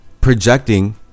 projecting